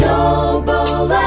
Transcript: Noble